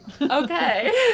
Okay